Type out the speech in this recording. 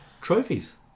Trophies